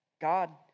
God